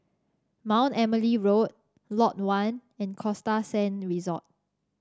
Mount Emily Road Lot One and Costa Sands Resort